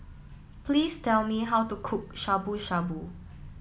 please tell me how to cook Shabu Shabu